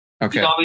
Okay